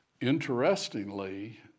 interestingly